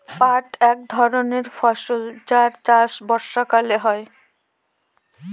পাট এক ধরনের ফসল যার চাষ বর্ষাকালে হয়